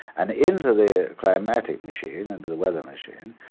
and into the climatic machine, into the weather machine,